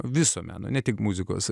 viso meno ne tik muzikos